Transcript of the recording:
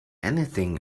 anything